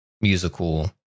musical